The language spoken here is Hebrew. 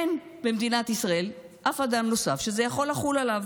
אין במדינת ישראל אף אדם נוסף שזה יכול לחול עליו.